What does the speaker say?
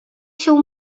się